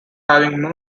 having